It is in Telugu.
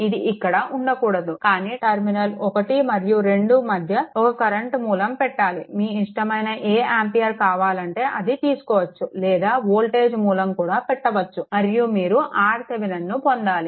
ఇది అక్కడ ఉండకూడదు కానీ టర్మినల్ 1 మరియు 2 మధ్య ఒక కరెంట్ మూలం పెట్టాలి మీ ఇష్టమైన ఏ ఆంపియర్ కావాలి అంటే అది తీసుకోవచ్చు లేదా వోల్టేజ్ మూలం కూడా పెట్టవచ్చు మరియు మీరు RThevenin ను పొందాలి